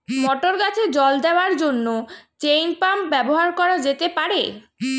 মটর গাছে জল দেওয়ার জন্য চেইন পাম্প ব্যবহার করা যেতে পার?